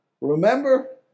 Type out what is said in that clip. Remember